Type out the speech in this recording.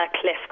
Cliff